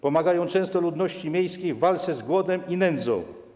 Pomagają często ludności miejskiej w walce z głodem i nędzą.